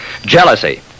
Jealousy